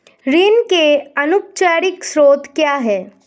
ऋण के अनौपचारिक स्रोत क्या हैं?